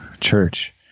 church